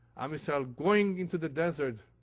um so going into the desert.